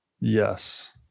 Yes